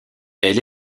elle